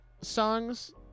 songs